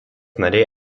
nariai